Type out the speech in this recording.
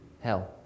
Hell